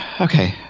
okay